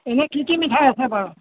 এনেই কি কি মিঠাই আছে বাৰু